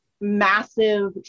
massive